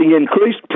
increased